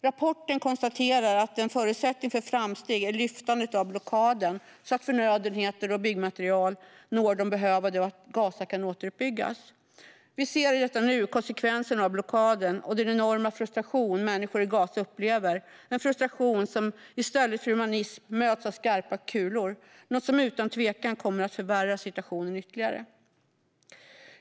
Rapporten konstaterar att en förutsättning för framsteg är lyftandet av blockaden så att förnödenheter och byggmaterial når de behövande och Gaza kan återuppbyggas. Vi ser i detta nu konsekvenserna av blockaden och den enorma frustration människor i Gaza upplever - en frustration som i stället för av humanism möts av skarpa kulor, något som utan tvivel kommer att förvärra situationen ytterligare.